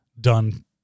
done